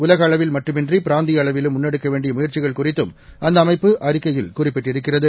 உலகஅளவில்மட்டுமின்றி பிராந்தியஅளவிலும்முன்னெடுக்கவேண்டியமுயற்சிகள்குறி த்தும்அந்தஅமைப்பு அறிக்கையில்குறிப்பிட்டிருக்கிறது